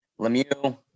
Lemieux